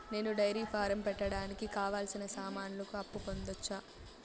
నేను dairy farm పెట్టడానికి కావాల్సిన సామాన్లకు అప్పు పొందొచ్చా?